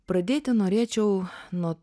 pradėti norėčiau nuo